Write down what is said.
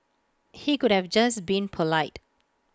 he could have just been polite